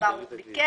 כפי שברוך ביקש.